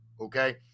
okay